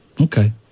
Okay